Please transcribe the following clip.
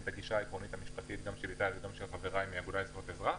את הגישה של עמיתי מהאגודות האזרחיות,